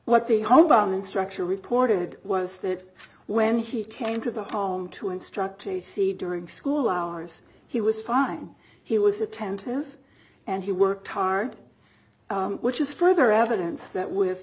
what the hoberman structure reported was that when he came to the home to instruct to see during school hours he was fine he was attentive and he worked hard which is further evidence that with